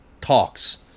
talks